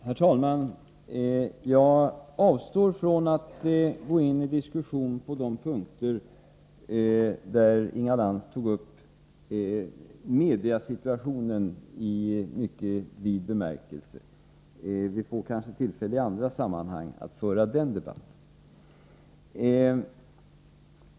Herr talman! Jag avstår från att gå in i en diskussion på de punkter där Inga Lantz tog upp mediasituationen i mycket vid bemärkelse. Vi får kanske tillfälle i andra sammanhang att föra den debatten.